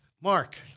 Mark